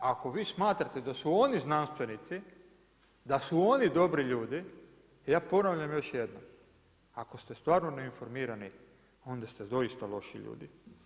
Ako vi smatrate da su oni znanstvenici, da su oni dobri ljudi, ja ponavljam još jednom, ako ste stvarno neinformirani, onda ste doista loši ljudi.